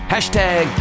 Hashtag